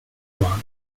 waren